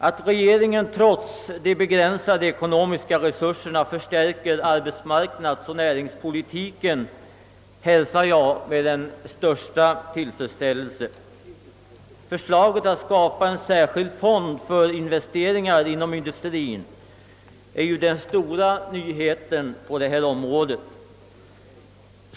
Att regeringen trots de begränsade ekonomiska resurserna förstärker arbetsmarknadsoch = näringspolitiken hälsar jag med den största tillfredsställelse. Förslaget att skapa en särskild fond för investeringar inom industrien är ju den stora nyheten på detta område.